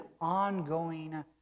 ongoing